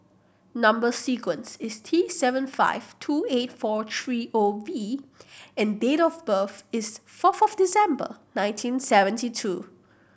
number sequence is T seven five two eight four three O V and date of birth is fourth of December nineteen seventy two